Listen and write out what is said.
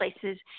places